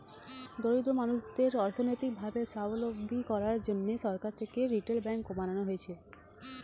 দরিদ্র মানুষদের অর্থনৈতিক ভাবে সাবলম্বী করার জন্যে সরকার থেকে রিটেল ব্যাঙ্ক বানানো হয়েছে